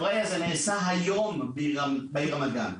היום זה נעשה בעיר רמת גן.